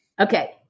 Okay